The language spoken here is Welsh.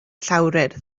llawrydd